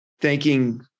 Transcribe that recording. thanking